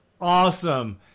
awesome